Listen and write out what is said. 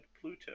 pluto